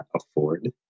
afford